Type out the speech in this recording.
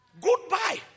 Goodbye